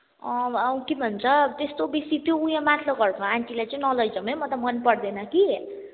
अँ अउ के भन्छ त्यस्तो बेसी त्यो ऊ यो माथ्लो घरको आन्टीलाई चाहिँ नलैजाऔँ है म त मन पर्दैन कि